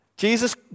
Jesus